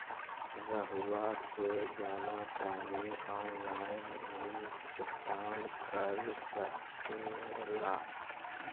रहुआ से जाना तानी ऑनलाइन ऋण भुगतान कर सके ला?